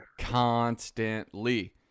Constantly